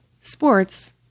Sports